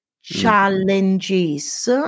challenges